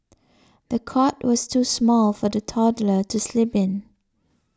the cot was too small for the toddler to sleep in